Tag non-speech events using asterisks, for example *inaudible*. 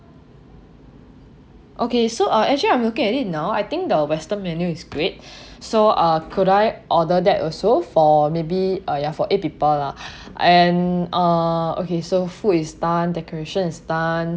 okay so uh actually I'm looking at it now I think the western menu is great *breath* so uh could I order that also for maybe oh ya for eight people lah *breath* and uh okay so food is done decoration is done